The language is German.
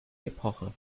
epoche